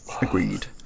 agreed